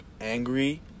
angry